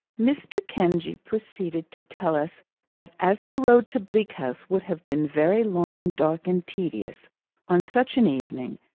mr. kenge proceeded to tell us that as the road to bleak house would have been very long, dark, and tedious on such an evening,